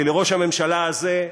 כי ראש הממשלה הזה,